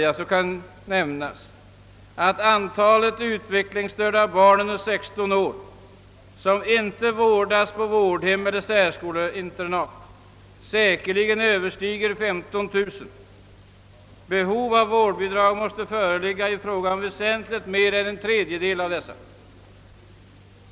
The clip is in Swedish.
Antalet utvecklingsstörda barn under 16 år, som inte vårdas på vårdhem eller särskoleinternat, överstiger säkerligen 15 000, och vårdbehov torde föreligga för väsentligt mer än en tredjedel av dessa.